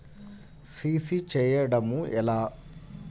CC చేయడము ఎలా?